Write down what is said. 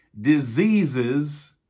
diseases